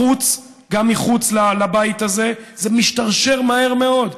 בחוץ, גם מחוץ לבית הזה, זה משתרשר מהר מאוד.